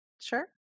sure